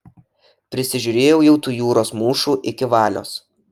prisižiūrėjau jau tų jūros mūšų iki valios